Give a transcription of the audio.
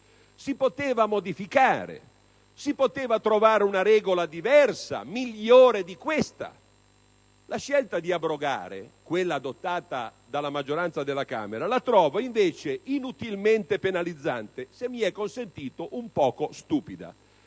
Si poteva modificare, si poteva trovare una regola diversa, migliore di questa. La scelta di abrogare adottata dalla maggioranza della Camera la trovo invece inutilmente penalizzante e, se mi è consentito, un po' stupida;